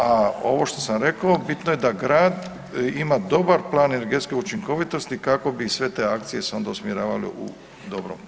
A ovo što sam rekao bitno je da grad ima dobar plan energetske učinkovitosti kako bi sve te akcije se onda usmjeravale u dobrom pravcu.